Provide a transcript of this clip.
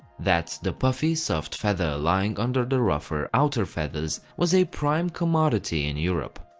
that's the puffy, soft feather lying under the rougher outer feathers, was a prime commodity in europe.